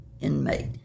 inmate